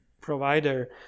provider